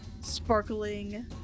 sparkling